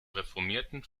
reformierten